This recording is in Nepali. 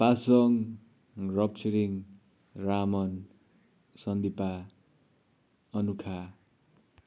पासाङ डपछिरिङ रामन सन्दिपा अनुखा